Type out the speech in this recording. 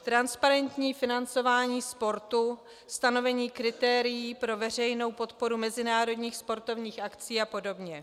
Transparentní financování sportu, stanovení kritérií pro veřejnou podporu mezinárodních sportovních akcí apod.